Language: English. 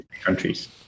countries